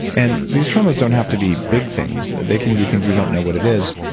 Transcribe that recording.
and these traumas don't have to be big things, they can be things we don't know what it is.